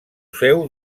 seu